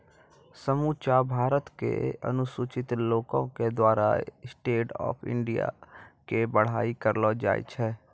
समुच्चा भारत के अनुसूचित लोको के द्वारा स्टैंड अप इंडिया के बड़ाई करलो जाय छै